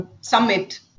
summit